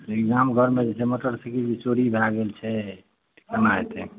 ई गाम घरमे जे छै मोटरसाइकिल जे चोरी भए गेल छै केना होयतै